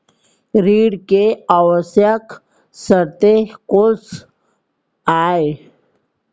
ऋण के आवश्यक शर्तें कोस आय?